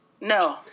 No